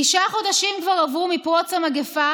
תשעה חודשים כבר עברו מפרוץ המגפה